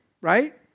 right